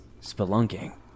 spelunking